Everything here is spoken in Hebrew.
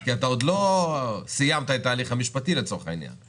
כי עוד לא סיימת את ההליך המשפטי לצורך העניין.